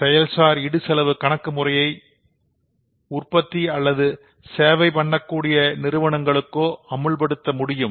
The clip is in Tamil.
செயல்சார் இடுசெலவு கணக்கு முறையை உற்பத்தி அல்லது சேவை பண்ணக்கூடிய நிறுவனங்களுக்கோ அமல்படுத்த முடியும்